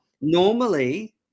normally